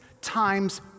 times